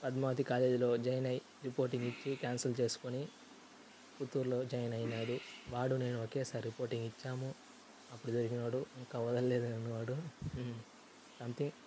పద్మావతి కాలేజీలో జాయిన్ అయ్యి రిపోర్టింగ్ ఇచ్చి క్యాన్సల్ చేసుకొని పుత్తూర్లో జాయిన్ అయినాడు వాడు నేను ఒకేసారి రిపోర్టింగ్ ఇచ్చాము అప్పుడు తగిలినోడు ఇంకా వదల్లేదు నన్ను వాడు సంథింగ్